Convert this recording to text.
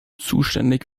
zuständig